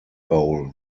bowl